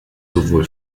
sowohl